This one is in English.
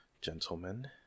gentlemen